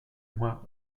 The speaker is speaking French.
mois